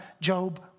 Job